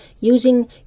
using